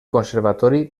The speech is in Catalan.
conservatori